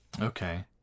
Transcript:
Okay